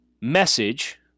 message